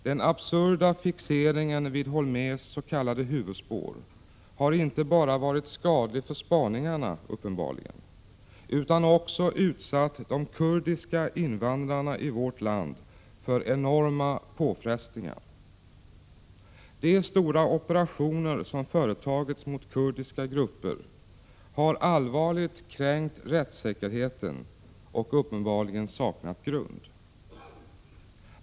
Den absurda fixeringen vid Holmérs s.k. huvudspår har uppenbarligen inte bara varit skadlig för spaningarna utan också utsatt de kurdiska invandrarna i vårt land för enorma påfrestningar. De stora operationer som företagits mot kurdiska grupper har allvarligt kränkt rättssäkerheten och uppenbarligen saknat grund.